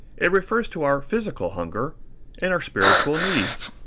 it refers to our physical hunger and our spiritual needs.